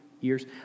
years